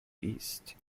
east